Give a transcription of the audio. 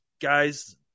guys –